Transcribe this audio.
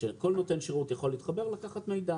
שכל נותן שירות יכול להתחבר לקחת מידע.